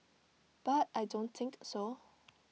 but I don't think so